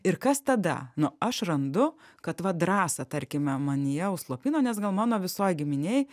ir kas tada nu aš randu kad va drąsą tarkime manyje užslopino nes gal mano visoj giminėj